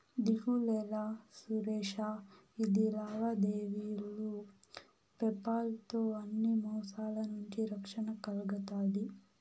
దిగులేలా సురేషా, ఇది లావాదేవీలు పేపాల్ తో అన్ని మోసాల నుంచి రక్షణ కల్గతాది